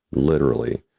literally,